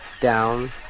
down